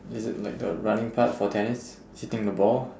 is it like the running part for tennis hitting the ball